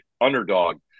underdog